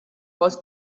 was